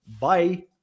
Bye